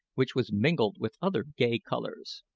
which was mingled with other gay colours.